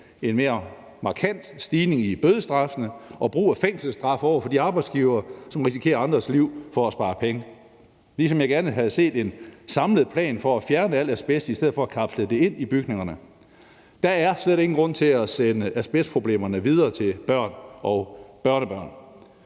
en mere markant stigning i bødestraffene og brug af fængselsstraf over for de arbejdsgivere, som risikerer andres liv for at spare penge, ligesom jeg gerne havde set en samlet plan for at fjerne al asbest i stedet for at kapsle det ind i bygningerne. Der er slet ingen grund til at sende asbestproblemerne videre til børn og børnebørn.